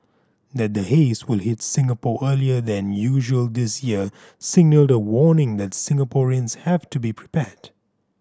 that the haze will hit Singapore earlier than usual this year signalled the warning that Singaporeans have to be prepared